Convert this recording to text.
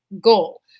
goal